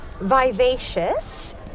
vivacious